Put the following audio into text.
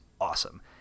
awesome